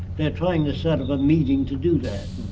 they're trying to set up a meeting to do that.